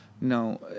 No